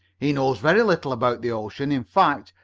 he knows very little about the ocean. in fact,